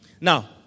Now